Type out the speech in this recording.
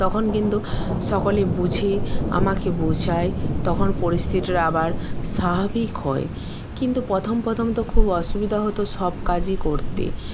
তখন কিন্তু সকলে বুঝি আমাকে বোঝায় তখন পরিস্থিতিটা আবার স্বাহাবিক হয় কিন্তু প্রথম প্রথম তো খুব অসুবিধা হতো সব কাজই করতে